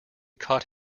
caught